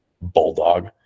bulldog